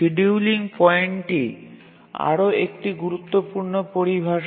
scheduling পয়েন্টটি আরও একটি গুরুত্বপূর্ণ পরিভাষা